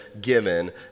given